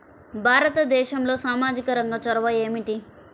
భారతదేశంలో సామాజిక రంగ చొరవ ఏమిటి?